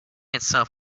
itself